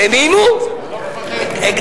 והם איימו, זה לא משנה.